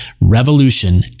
REVOLUTION